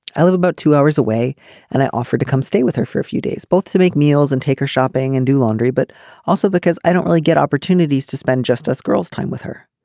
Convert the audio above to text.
i live about two hours away and i offered to come stay with her for a few days both to make meals and take her shopping and do laundry but also because i don't really get opportunities to spend just us girls time with her.